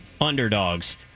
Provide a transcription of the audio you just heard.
underdogs